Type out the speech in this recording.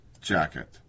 jacket